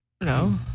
No